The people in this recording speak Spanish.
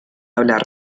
hablar